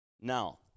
Now